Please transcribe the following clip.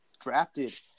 drafted